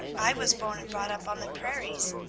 i was born and brought up on the prairies.